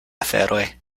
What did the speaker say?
aferoj